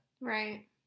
Right